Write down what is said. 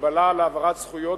הגבלה על העברת זכויות